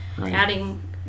adding